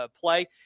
play